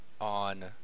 on